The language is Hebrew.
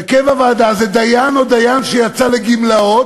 הרכב הוועדה זה דיין או דיין שיצא לגמלאות,